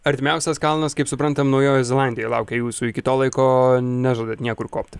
artimiausias kalnas kaip suprantam naujoj zelandijoj laukia jūsų iki to laiko nežada niekur kopti